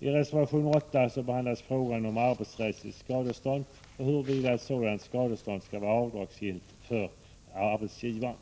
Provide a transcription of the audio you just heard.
I reservation 8 behandlas frågan om arbetsrättsligt skadestånd, och huruvida ett sådant skadestånd skall vara avdragsgillt för arbetsgivaren.